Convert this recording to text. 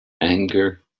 anger